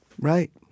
Right